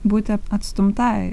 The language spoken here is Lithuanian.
būti atstumtai